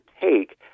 take